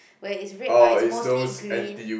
where it's red but it's mostly green